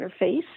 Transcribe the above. interface